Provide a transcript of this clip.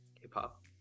k-pop